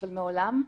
אבל מעולם,